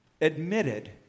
admitted